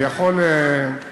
אני יכול לפרט.